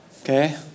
okay